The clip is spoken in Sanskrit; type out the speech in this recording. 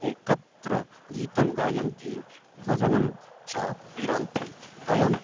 एकत्र गीतं गायन्ति भोजनं च वितरन्ति अयं